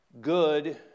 good